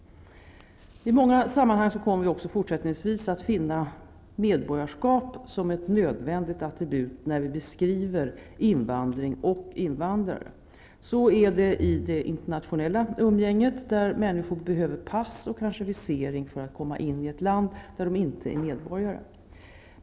I många sammanhang kommer vi också fortsättningsvis att finna medborgarskap som ett nödvändigt attribut när vi beskriver invandring och invandrare. Så är det i det internationella umgänget, där människor behöver pass och kanske visering för att komma in i ett land där de inte är medborgare.